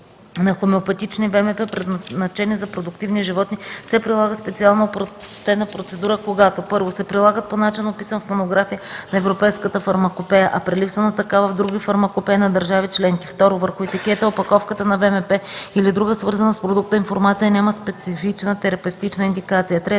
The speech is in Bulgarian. върху етикета, опаковката на ВМП или друга свързана с продукта информация няма специфична терапевтична индикация;